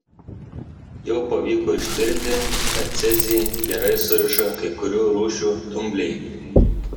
jau pavyko ištirti kad cezį gerai suriša kai kurių rūšių dumbliai